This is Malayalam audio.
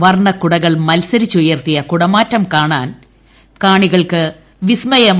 വർണ്ണകുടകൾ മത്സരിച്ച് ഉയർത്തിയ കുടമാറ്റം കാണികൾക്ക് വിസ്മയമായി